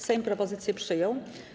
Sejm propozycję przyjął.